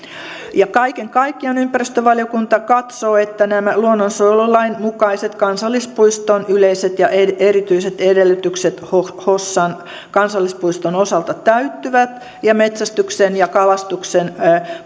kaiken kaikkiaan ympäristövaliokunta katsoo että nämä luonnonsuojelulain mukaiset kansallispuiston yleiset ja erityiset edellytykset hossan kansallispuiston osalta täyttyvät ja metsästyksen ja kalastuksen